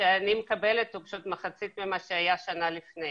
שאני מקבלת הוא מחצית ממה שהיה שנה לפני.